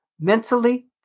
mentally